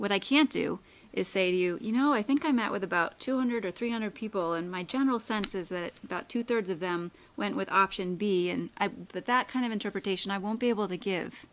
what i can't do is say to you you know i think i met with about two hundred or three hundred people and my general sense is that about two thirds of them went with option b and that that kind of interpretation i won't be able to give